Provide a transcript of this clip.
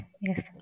Yes